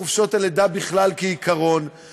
עיסוק בחופשות הלידה בכלל כעיקרון,